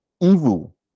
evil